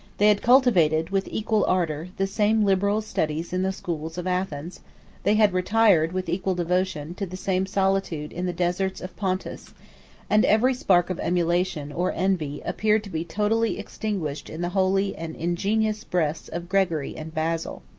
they had cultivated, with equal ardor, the same liberal studies in the schools of athens they had retired, with equal devotion, to the same solitude in the deserts of pontus and every spark of emulation, or envy, appeared to be totally extinguished in the holy and ingenuous breasts of gregory and basil.